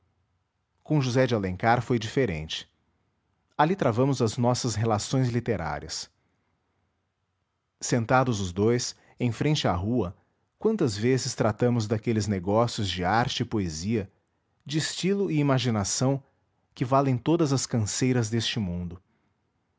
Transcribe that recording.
com josé de alencar foi diferente ali travamos as nossas relações literárias sentados os dous em frente à rua quantas vezes tratamos daqueles negócios de arte e poesia de estilo e imaginação que valem todas as canseiras deste mundo